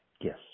Yes